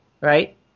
right